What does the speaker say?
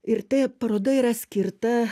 ir ta paroda yra skirta